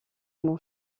mon